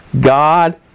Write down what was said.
God